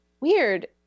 weird